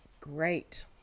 Great